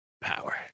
power